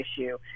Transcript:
issue